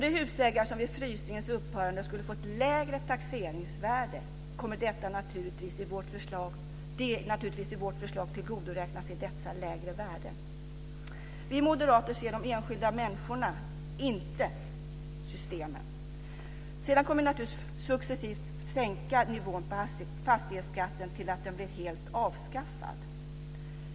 De husägare som vid frysningens upphörande skulle fått lägre taxeringsvärde kommer naturligtvis i vårt förslag att tillgodoräknas detta lägre värde. Vi moderater ser de enskilda människorna, inte systemen. Sedan kommer vi naturligtvis att successivt sänka nivån på fastighetsskatten tills den blir helt avskaffad.